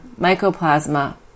Mycoplasma